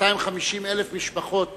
250,000 משפחות